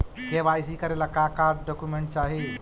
KYC करे ला का का डॉक्यूमेंट चाही?